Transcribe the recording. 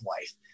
life